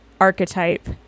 archetype